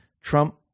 trump